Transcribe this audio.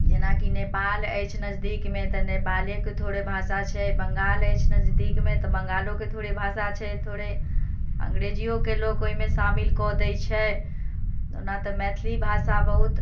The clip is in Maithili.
जेनाकि नेपाल अछि नजदीकमे तऽ नेपालोके थोड़े भाषा छै बंगाल अछि नजदीकमे तऽ बंगालोके थोड़े भाषा छै थोड़े अंग्रेजियोके लोक ओहिमे शामिल कऽ दैत छै ओना तऽ मैथिली भाषा बहुत